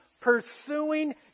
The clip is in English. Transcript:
pursuing